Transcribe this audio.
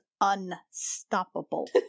unstoppable